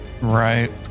Right